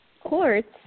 courts